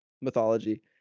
mythology